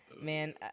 man